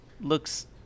looks